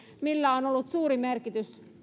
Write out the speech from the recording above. millä on on ollut suuri merkitys